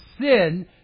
sin